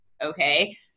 okay